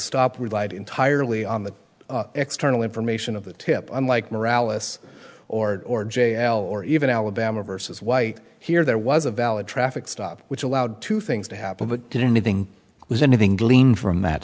stop relied entirely on the external information of the tip unlike morales or or j l or even alabama versus white here there was a valid traffic stop which allowed two things to happen but didn't the thing was anything gleaned from that